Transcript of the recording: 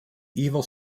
evil